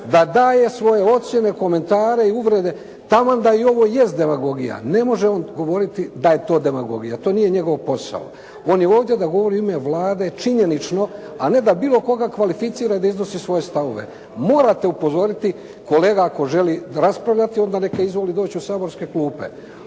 da daje svoje ocjene, komentare i uvrede taman da i ovo jest demagogija. Ne može on govoriti da je to demagogija. To nije njegov posao. On je ovdje da govori u ime Vlade činjenično, a ne da bilo koga kvalificira i da iznosi svoje stavove. Morate upozoriti. Kolega ako želi raspravljati, onda neka izvoli doći u saborske klupe,